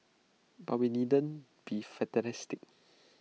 but we needn't be fatalistic